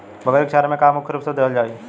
बकरी क चारा में का का मुख्य रूप से देहल जाई?